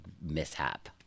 mishap